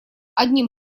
одним